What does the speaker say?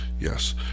Yes